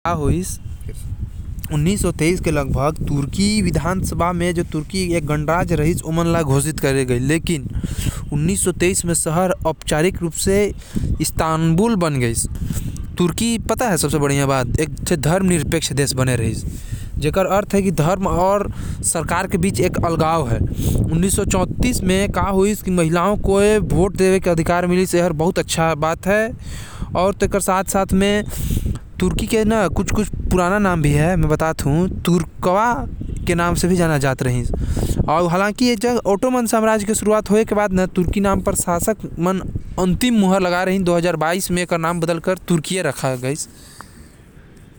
उन्नीस सौ तेईस के विधानसभा म तुर्की ल गणराज्य घोषित कर देहीन। लेकिन शहर औपचारिक रूप स इस्तानबुल होगईस। तुर्की एक धर्मनिरपेक्ष देश हवे जहा धर्म अउ सरकार के बीच अलगाव हवे।